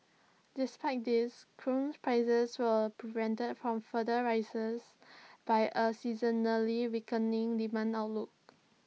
despite this crude prices were prevented from further rises by A seasonally weakening demand outlook